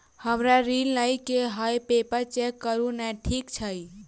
हमरा ऋण लई केँ हय पेपर चेक करू नै ठीक छई?